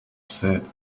said